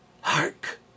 Hark